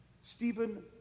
Stephen